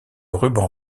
ruban